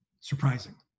surprising